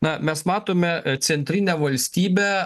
na mes matome centrinę valstybę